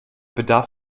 bedarf